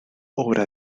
obra